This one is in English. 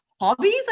Hobbies